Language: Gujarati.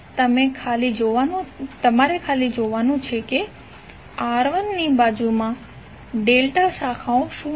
તમારે ખાલી જોવાનું છે કે R1 ની બાજુમાં ડેલ્ટા શાખાઓ શું છે